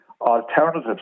alternatives